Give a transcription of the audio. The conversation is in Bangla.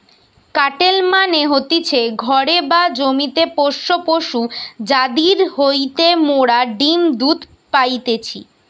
কাটেল মানে হতিছে ঘরে বা জমিতে পোষ্য পশু যাদির হইতে মোরা ডিম্ দুধ পাইতেছি